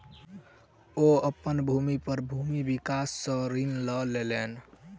ओ अपन भूमि पर भूमि विकास बैंक सॅ ऋण लय लेलैन